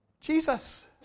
Jesus